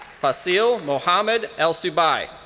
fasil muhammad al-subai.